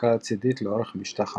בהחלקה הצידית לאורך משטח המגע.